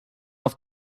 off